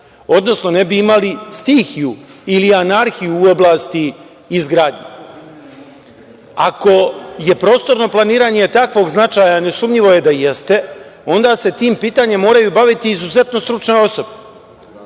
odnosno ne bi imali stihiju ili anarhiju u oblasti izgradnje. Ako je prostorno planiranje takvog značaja, a nesumnjivo da jeste, onda se tim pitanjem moraju baviti izuzetno stručne osobe.